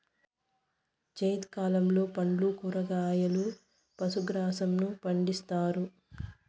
జైద్ కాలంలో పండ్లు, కూరగాయలు, పశు గ్రాసంను పండిత్తారు